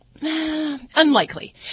Unlikely